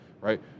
Right